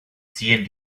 ziehen